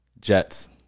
Jets